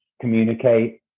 communicate